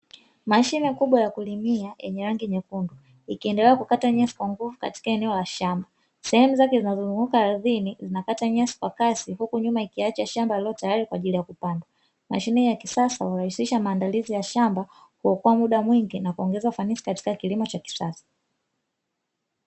Mashine kubwa ya kulimia yenye rangi nyekundu ikiendelea kukata nyasi kwa nguvu katika eneo la shamba, sehemu zake zinazozunguka ardhini inakata nyasi kwa kasi huku nyuma likiacha shamba lililotayari kwa ajili ya kupanda. Mashine hiyo ya kisasa hurahisisha maandalizi ya shamba kwa kuokoa muda mwingi na kuongeza ufanisi katika kilimo cha kisasa.